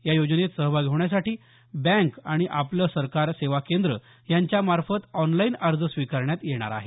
या योजनेत सहभागी होण्यासाठी बँक आणि आपले सरकार सेवा केंद्र यांच्या मार्फत ऑनलाईन अर्ज स्विकारण्यात येणार आहेत